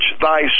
thy